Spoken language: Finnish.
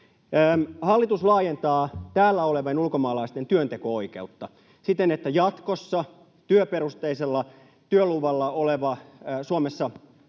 Hallitus laajentaa täällä olevien ulkomaalaisten työnteko-oikeutta siten, että jatkossa työperusteisella työluvalla oleva, Suomessa